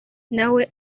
nawe